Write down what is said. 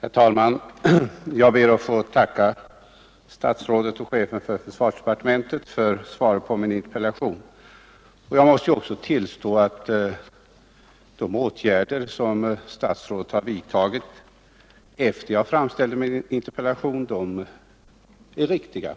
Herr talman! Jag ber att få tacka statsrådet och chefen för försvarsdepartementet för svaret på min interpellation. Jag måste också tillstå att de åtgärder som statsrådet har vidtagit efter det att jag framställde interpellationen är riktiga.